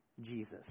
Jesus